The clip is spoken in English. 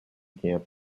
camp